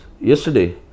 yesterday